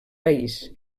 país